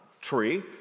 tree